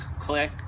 click